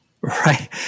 Right